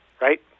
right